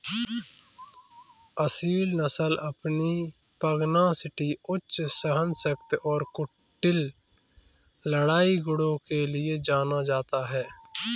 असील नस्ल अपनी पगनासिटी उच्च सहनशक्ति और कुटिल लड़ाई गुणों के लिए जाना जाता है